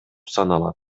саналат